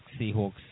Seahawks